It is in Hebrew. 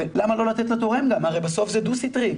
ולמה לא לתת לתורם, הרי בסוף זה דו סטרי.